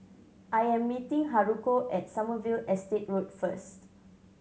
I am meeting Haruko at Sommerville Estate Road first